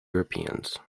europeans